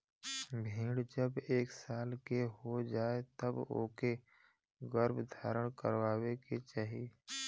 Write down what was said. भेड़ जब एक साल के हो जाए तब ओके गर्भधारण करवाए के चाही